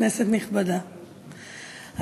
כנסת נכבדה,